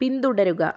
പിന്തുടരുക